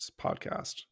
podcast